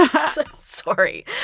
Sorry